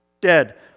Dead